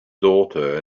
daughter